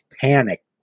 panic